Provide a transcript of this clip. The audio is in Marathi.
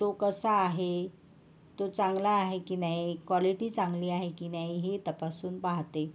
तो कसा आहे तो चांगला आहे की नाही क्वॉलिटी चांगली आहे की नाही हे तपासून पाहते